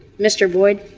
mr. boyd.